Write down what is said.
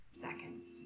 seconds